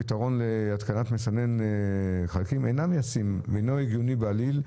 הפתרון בהתקנת מסנן חלקים אינו ישים ואינו הגיוני בעליל,